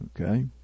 okay